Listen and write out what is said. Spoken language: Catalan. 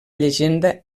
llegenda